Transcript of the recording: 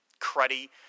cruddy